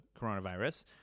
coronavirus